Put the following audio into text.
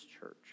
church